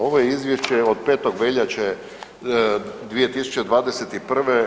Ovo je izvješće od 5. veljače 2021.